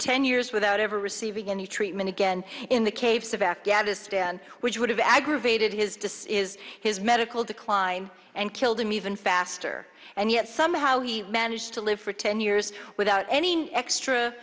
ten years without ever receiving any treatment again in the caves of afghanistan which would have aggravated his his medical decline and killed him even faster and yet somehow he managed to live for ten years without any extra